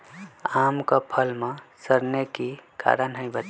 आम क फल म सरने कि कारण हई बताई?